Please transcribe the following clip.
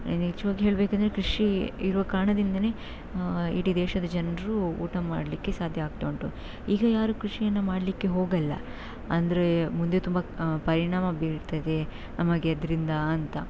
ನಿಜವಾಗಿ ಹೇಳಬೇಕಂದ್ರೆ ಕೃಷಿ ಇರೋ ಕಾರಣದಿಂದನೇ ಇಡೀ ದೇಶದ ಜನರು ಊಟ ಮಾಡಲಿಕ್ಕೆ ಸಾಧ್ಯ ಆಗ್ತಾ ಉಂಟು ಈಗ ಯಾರೂ ಕೃಷಿಯನ್ನು ಮಾಡಲಿಕ್ಕೆ ಹೋಗಲ್ಲ ಅಂದರೆ ಮುಂದೆ ತುಂಬ ಪರಿಣಾಮ ಬೀರುತ್ತದೆ ನಮಗೆ ಅದರಿಂದ ಅಂತ